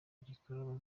gikorwa